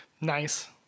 nice